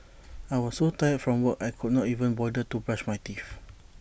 I was so tired from work I could not even bother to brush my teeth